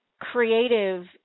creative